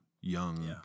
young